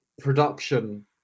production